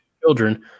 children